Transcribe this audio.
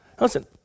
Listen